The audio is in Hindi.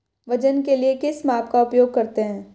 वजन के लिए किस माप का उपयोग करते हैं?